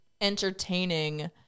entertaining